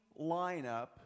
lineup